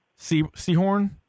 Seahorn